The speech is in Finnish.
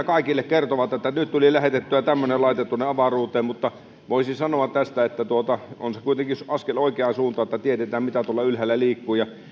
kaikille kertovat että nyt tuli lähetettyä tämmöinen laite tuonne avaruuteen mutta voisi sanoa tästä että on se kuitenkin askel oikeaan suuntaan että tiedetään mitä tuolla ylhäällä liikkuu ja